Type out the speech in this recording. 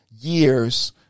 years